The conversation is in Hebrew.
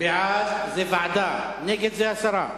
בעד זה ועדה, נגד זה הסרה.